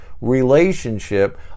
relationship